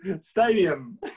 Stadium